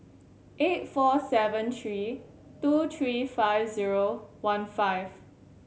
eight four seven three two three five zero one five